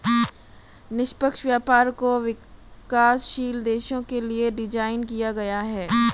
निष्पक्ष व्यापार को विकासशील देशों के लिये डिजाइन किया गया है